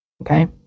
Okay